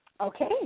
Okay